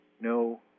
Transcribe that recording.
no